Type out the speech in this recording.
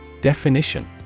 Definition